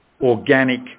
organic